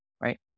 right